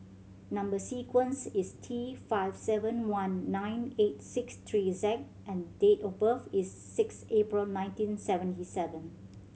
number sequence is T five seven one nine eight six three Z and date of birth is six April nineteen seventy seven